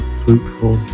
fruitful